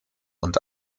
und